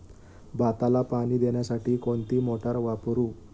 भाताला पाणी देण्यासाठी कोणती मोटार वापरू?